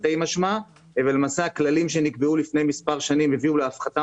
תרתי משמע ולמעשה הכללים שנקבעו לפני מספר שנים הביאו להפחתה